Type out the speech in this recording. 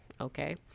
okay